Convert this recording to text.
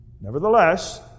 Nevertheless